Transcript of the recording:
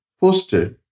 posted